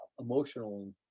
Emotional